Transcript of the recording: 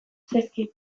zaizkit